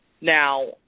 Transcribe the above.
Now